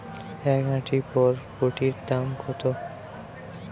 এক আঁটি বরবটির দাম কত?